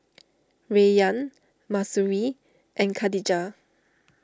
Rayyan Mahsuri and Khadija